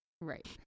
Right